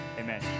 Amen